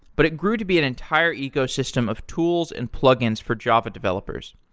but it grew to be an entire ecosystem of tools and plugins for java developers.